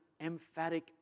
emphatic